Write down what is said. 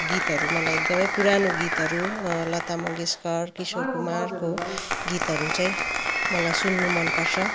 गीतहरू मलाई एकदमै पुरानो गीतहरू लता मङ्गेसकर किशोर कुमारको गीतहरू चाहिँ मलाई सुन्नु मनपर्छ